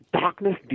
darkness